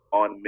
on